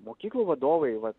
mokyklų vadovai vat